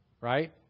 Right